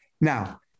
Now